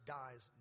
dies